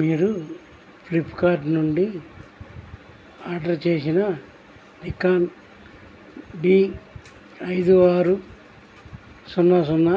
మీరు ఫ్లిప్కార్డ్ నుండి ఆర్డర్ చేసిన నికాన్ డీ ఐదు ఆరు సున్నా సున్నా